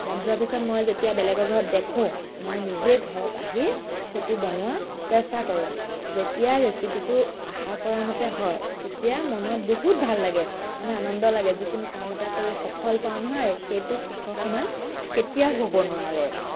মন যোৱাৰ পিছত মই যেতিয়া বেলেগৰ ঘৰত দেখোঁ মই নিজেই ঘৰত আহি সেইটো বনোৱা চেষ্টা কৰোঁ যেতিয়া ৰেচিপিটো আশা কৰা মতে হয় তেতিয়া মনত বহুত ভাল লাগে মানে আনন্দ লাগে যিকোনো কাম এটা কৰি সফল পাওঁ নহয় সেইটো সুখৰ সমান কেতিয়াও হ'ব নোৱাৰে